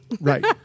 Right